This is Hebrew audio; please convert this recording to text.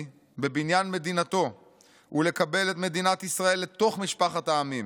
בבניין מדינתו ולקבל את מדינת ישראל לתוך משפחת העמים.